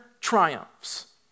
triumphs